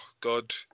God